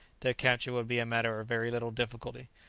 their capture would be a matter of very little difficulty.